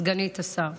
סגנית השר,